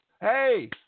Hey